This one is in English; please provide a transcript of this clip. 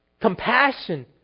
compassion